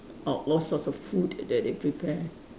a~ all sorts of food that they prepare